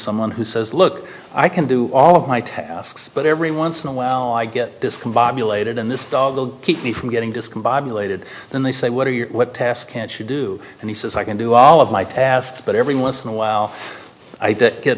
someone who says look i can do all of my tasks but every once in a while i get discombobulated and this will keep me from getting discombobulated then they say what are your what tasks can't you do and he says i can do all of my tasks but every once in a while i get